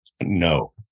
No